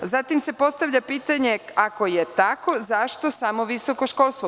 Zatim se postavlja pitanje – ako je tako, zašto samo visokoškolstvo?